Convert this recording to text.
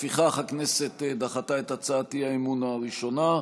לפיכך הכנסת דחתה את הצעת האי-אמון הראשונה.